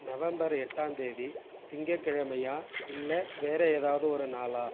November எட்டாம் தேதி திங்கக்கெழமையா இல்லை வேறு ஏதாவது ஒரு நாளா